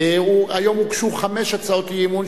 היום הוגשו חמש הצעות אי-אמון,